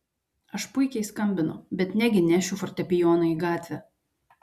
aš puikiai skambinu bet negi nešiu fortepijoną į gatvę